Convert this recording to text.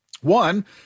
One